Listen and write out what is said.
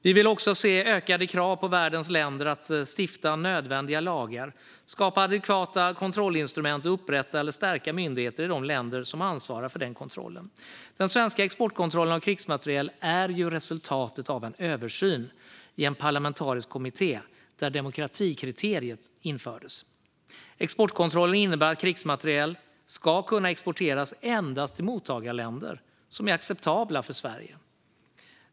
Vi vill också se ökade krav på världens länder att stifta nödvändiga lagar, skapa adekvata kontrollinstrument och upprätta eller stärka myndigheter i de länder som ansvarar för den kontrollen. Den svenska exportkontrollen av krigsmateriel är ju resultatet av en översyn i en parlamentarisk kommitté där demokratikriteriet infördes. Exportkontrollen innebär att krigsmateriel ska kunna exporteras endast till mottagarländer som är acceptabla för Sverige.